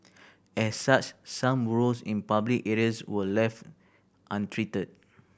as such some burrows in public areas were left untreated